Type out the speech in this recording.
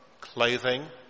clothing